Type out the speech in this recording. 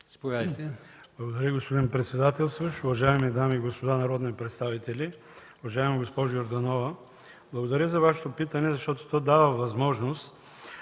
АДЕМОВ: Благодаря Ви, господин председателстващ. Уважаеми дами и господа народни представители! Уважаема госпожо Йорданова, благодаря за Вашето питане, защото то дава възможност